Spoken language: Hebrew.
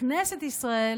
בכנסת ישראל